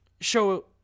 show